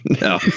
no